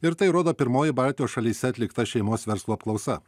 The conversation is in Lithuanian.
ir tai rodo pirmoji baltijos šalyse atlikta šeimos verslo apklausa